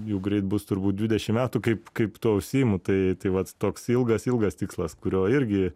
jau greit bus turbūt dvidešimt metų kaip kaip tuo užsiimu tai tai vat toks ilgas ilgas tikslas kurio irgi